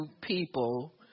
people